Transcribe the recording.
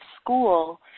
school